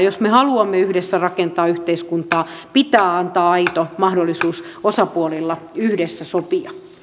jos me haluamme yhdessä rakentaa yhteiskuntaa pitää antaa aito mahdollisuus osapuolille yhdessä sopia